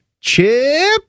Chip